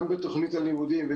גם בתוכנית הלימודים,